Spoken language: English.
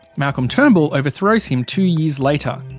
malcolm turnbull overthrows him two years later.